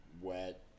wet